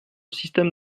système